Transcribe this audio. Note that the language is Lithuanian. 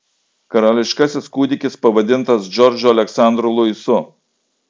karališkasis kūdikis pavadintas džordžu aleksandru luisu